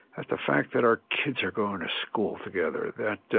that the fact that our kids are going to school together, that